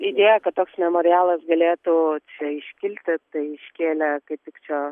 idėją kad toks memorialas galėtų čia iškilti tai iškėlė kaip tik čia